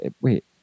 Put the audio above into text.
wait